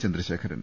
Chandrasekharan